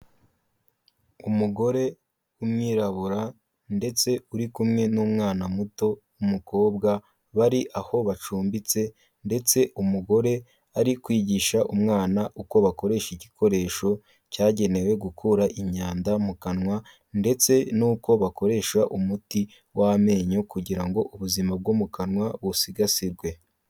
Umugore w'umwirabura ndetse uri kumwe n'umwana muto w'umukobwa, bari aho bacumbitse, ndetse umugore ari kwigisha umwana uko bakoresha igikoresho cyagenewe gukura imyanda mu kanwa, ndetse n'uko bakoresha umuti w'amenyo, kugira ngo ubuzima bwo mu kanwa busigasirwe.